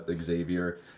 Xavier